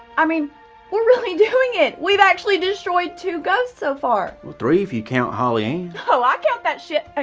i mean we're really doing it, we actually destroyed two ghosts so far. well three if you count holly-ann. oh i count that shit ah